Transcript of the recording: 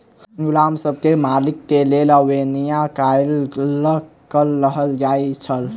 गुलाम सब के मालिक के लेल अवेत्निया कार्यक कर कहल जाइ छल